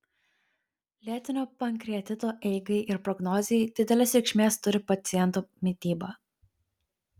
lėtinio pankreatito eigai ir prognozei didelės reikšmės turi paciento mityba